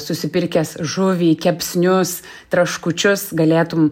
susipirkęs žuvį kepsnius traškučius galėtum